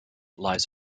lies